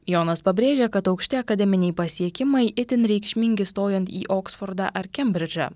jonas pabrėžė kad aukšti akademiniai pasiekimai itin reikšmingi stojant į oksfordą ar kembridžą